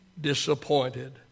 disappointed